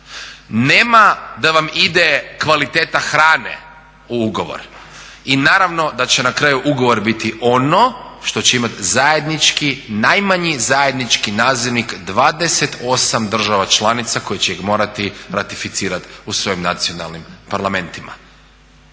nema da vam ide kvaliteta hrane u ugovor i naravno da će na kraju ugovor biti ono što će imati zajednički, najmanji zajednički nazivnik 28 država članica koje će ih morati ratificirati u svojim nacionalnim parlamentima.